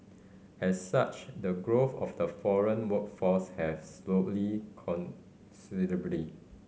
as such the growth of the foreign workforce has considerably